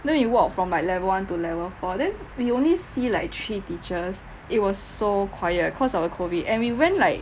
then we walk from like level one to level four then we only see like three teachers it was so quiet cause of COVID and we went like